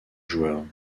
joueurs